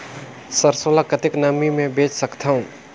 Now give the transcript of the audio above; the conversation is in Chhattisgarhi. सरसो ल कतेक नमी मे बेच सकथव?